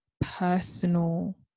personal